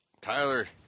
Tyler